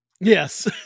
Yes